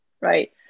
right